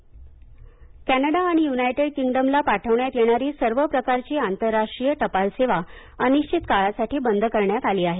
टपाल सेवा कॅनडा आणि यु्नायटेड किंग्डमला पाठविण्यात येणारी सर्व प्रकारची आंतरराष्ट्रीय टपाल सेवा अनिश्चित काळासाठी बंद करण्यात आली आहे